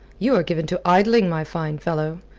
you are given to idling, my fine fellow.